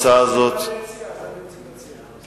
את מציעה מליאה?